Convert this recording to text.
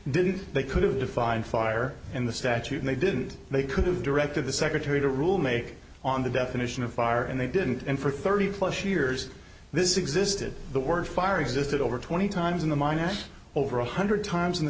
didn't they could have defined fire in the statute and they didn't they could have directed the secretary to rule make on the definition of fire and they didn't and for thirty plus years this existed the word fire existed over twenty times in the mind and over one hundred times in the